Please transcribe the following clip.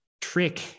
trick